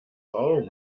frau